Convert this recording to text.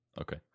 Okay